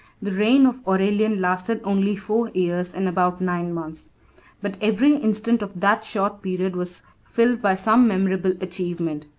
the reign of aurelian lasted only four years and about nine months but every instant of that short period was filled by some memorable achievement.